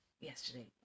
yesterday